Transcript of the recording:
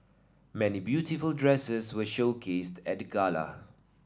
many beautiful dresses were showcased at the gala